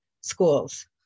schools